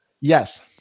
Yes